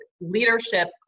leadership